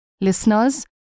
Listeners